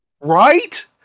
Right